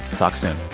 talk soon